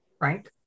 right